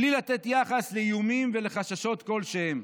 ובלי לתת יחס לאיומים ולחששות כלשהן.